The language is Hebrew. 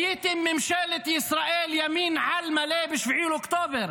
הייתם ממשלת ישראל ימין על מלא ב-7 באוקטובר,